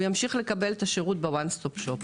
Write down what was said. ימשיך לקבל את השירות בוואן סטופ שופ.